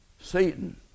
Satan